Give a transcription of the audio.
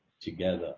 together